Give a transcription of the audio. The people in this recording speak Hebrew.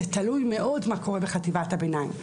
זה תלוי מאוד מה קורה בחטיבת הביניים.